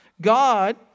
God